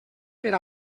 per